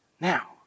Now